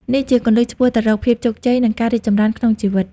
នេះជាគន្លឹះឆ្ពោះទៅរកភាពជោគជ័យ និងការរីកចម្រើនក្នុងជីវិត។